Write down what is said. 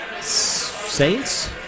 Saints